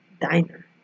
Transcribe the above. Diner